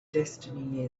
destiny